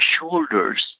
shoulders